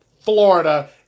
Florida